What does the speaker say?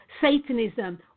Satanism